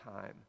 time